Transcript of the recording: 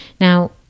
Now